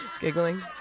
giggling